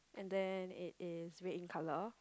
and then it is red in colour